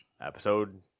episode